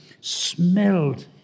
smelled